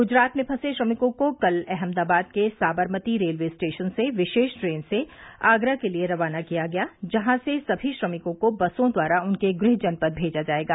ग्जरात में फसे श्रमिकों को कल अहमदाबाद के साबरमती रेलवे स्टेशन से विशेष ट्रेन से आगरा के लिए रवाना किया गया जहां से सभी श्रमिकों को बसों द्वारा उनके गृह जनपद भेजा जाएगा